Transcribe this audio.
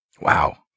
Wow